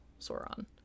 sauron